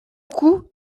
coup